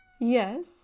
Yes